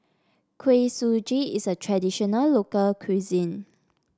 Kuih Suji is a traditional local cuisine